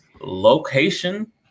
location